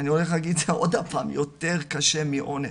אני הולך להגיד את זה עוד הפעם, יותר קשה מאונס!